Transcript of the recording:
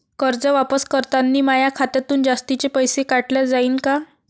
कर्ज वापस करतांनी माया खात्यातून जास्तीचे पैसे काटल्या जाईन का?